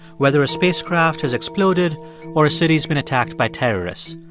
whether a spacecraft has exploded or a city's been attacked by terrorists.